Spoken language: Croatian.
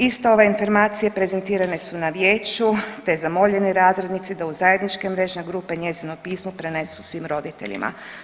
Iste ove informacije prezentirane su na vijeću, te zamoljenoj razrednici da u zajedničke mrežne grupe njezino pismo prenesu svim roditeljima.